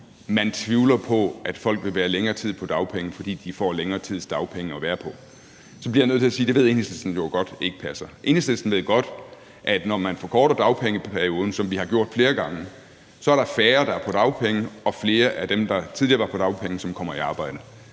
man tvivler på, at folk vil være længere tid på dagpenge, fordi de får længere tids dagpenge at være på, så bliver jeg nødt til at sige, at det ved Enhedslisten jo godt ikke passer. Enhedslisten ved godt, at når man forkorter dagpengeperioden, som vi har gjort det flere gange, så er der færre, der er på dagpenge, og flere af dem, der tidligere var på dagpenge, som kommer i arbejde.